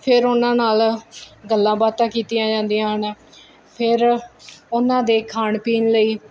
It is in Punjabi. ਫੇਰ ਉਹਨਾਂ ਨਾਲ ਗੱਲਾਂ ਬਾਤਾਂ ਕੀਤੀਆਂ ਜਾਂਦੀਆਂ ਹਨ ਫੇਰ ਉਹਨਾਂ ਦੇ ਖਾਣ ਪੀਣ ਲਈ